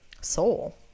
soul